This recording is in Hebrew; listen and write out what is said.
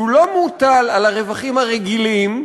שאינו מוטל על הרווחים הרגילים.